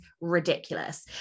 ridiculous